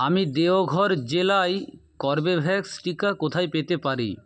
আমি দেওঘর জেলায় কর্বেভ্যাক্স টিকা কোথায় পেতে পারি